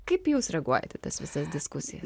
kaip jūs reaguojat į tas visas diskusija